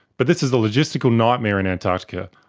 but this is a logistical nightmare in antarctica.